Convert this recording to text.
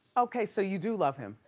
okay, so you do love him.